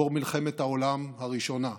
גיבור מלחמת העולם הראשונה,